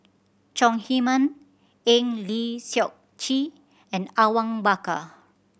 Chong Heman Eng Lee Seok Chee and Awang Bakar